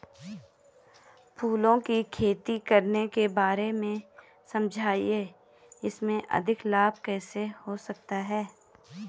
फूलों की खेती करने के बारे में समझाइये इसमें अधिक लाभ कैसे हो सकता है?